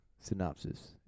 synopsis